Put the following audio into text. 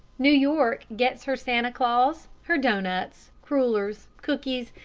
new york gets her santa claus, her doughnuts, crullers, cookies,